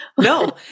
No